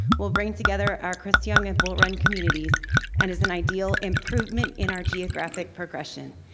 will bring together our chris yung and bull run communities and is an ideal improvement in our geographic progression.